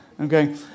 Okay